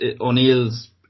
O'Neill's